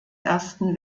ersten